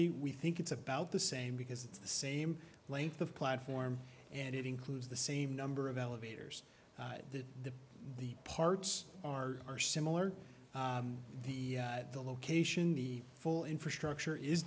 y we think it's about the same because it's the same length of platform and it includes the same number of elevators that the the parts are or similar the the location the full infrastructure is